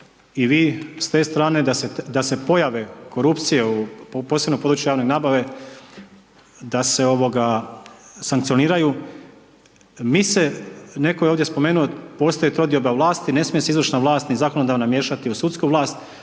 i vi s te strane da se pojave korupcije, posebno u području javne nabave, da se sankcioniraju. Mi se, netko je ovdje spomenuo, postoji trodioba vlasti, ne smije se izvršna vlast, ni zakonodavna miješati u sudsku vlast,